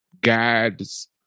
guides